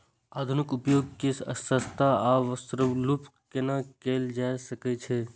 आधुनिक उपकण के सस्ता आर सर्वसुलभ केना कैयल जाए सकेछ?